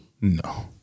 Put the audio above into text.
No